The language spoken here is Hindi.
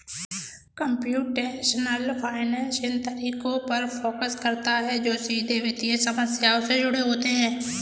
कंप्यूटेशनल फाइनेंस इन तरीकों पर फोकस करता है जो सीधे वित्तीय समस्याओं से जुड़े होते हैं